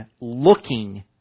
looking